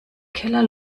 keller